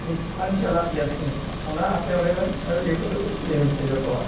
ᱤᱧ ᱟᱨᱤᱧ ᱪᱟᱞᱟᱜ ᱜᱮᱭᱟ ᱦᱮᱸ ᱚᱱᱟ ᱟᱯᱮ ᱚᱸᱰᱮ ᱤᱭᱟᱹ ᱠᱚᱫᱚ ᱤᱭᱟᱹᱣᱟᱧ ᱯᱮ ᱡᱚᱛᱚᱣᱟᱜ